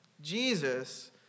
Jesus